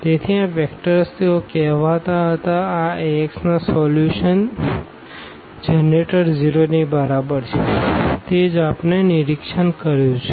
તેથી આ વેક્ટર્સ તેઓ કહેવાતા આ Axના સોલ્યુશનના જનરેટર 0 ની બરાબર છે તે જ આપણે નિરીક્ષણ કર્યું છે